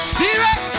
Spirit